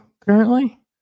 currently